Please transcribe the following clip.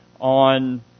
on